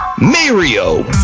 mario